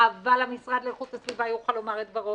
אבל המשרד להגנת הסביבה יוכל לומר את דברו